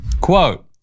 Quote